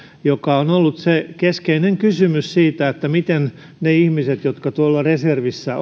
joka on ollut se keskeinen kysymys siinä miten ne ihmiset jotka tuolla reservissä